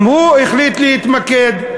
גם הוא החליט להתמקד,